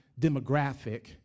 demographic